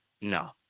No